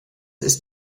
ist